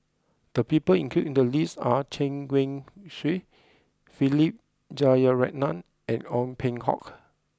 the people included in the list are Chen Wen Hsi Philip Jeyaretnam and Ong Peng Hock